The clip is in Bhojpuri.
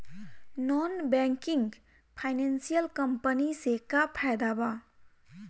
नॉन बैंकिंग फाइनेंशियल कम्पनी से का फायदा बा?